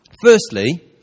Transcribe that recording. Firstly